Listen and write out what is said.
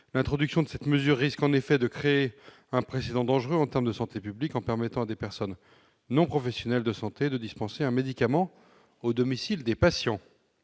L'introduction de cette mesure risque de créer un précédent dangereux en matière de santé publique, en permettant à des personnes non professionnelles de santé de dispenser un médicament au domicile des patients.